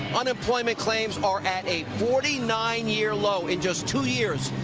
unemployment claims are at a forty nine year low in just two years.